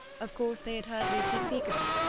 of course they had heard lucy speak of me,